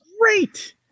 great